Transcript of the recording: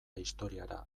historiara